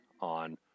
on